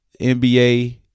NBA